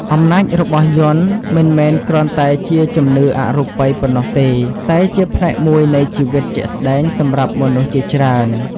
អំណាចរបស់យ័ន្តមិនមែនគ្រាន់តែជាជំនឿអរូបីប៉ុណ្ណោះទេ តែជាផ្នែកមួយនៃជីវិតជាក់ស្ដែងសម្រាប់មនុស្សជាច្រើន។